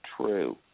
true